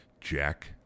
Jack